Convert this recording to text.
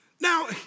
Now